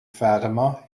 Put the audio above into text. fatima